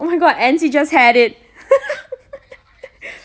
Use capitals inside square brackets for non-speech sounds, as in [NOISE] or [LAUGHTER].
oh my god anncy just had it [LAUGHS]